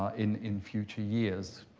in in future years.